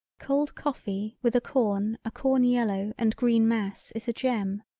cold coffee with a corn a corn yellow and green mass is a gem.